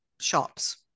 shops